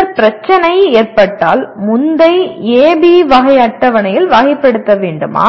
பின்னர் பிரச்சனை ஏற்பட்டால் முந்தை ஏபி வகை அட்டவணையில் வகைப்படுத்த வேண்டுமா